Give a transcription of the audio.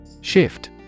Shift